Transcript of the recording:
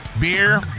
Beer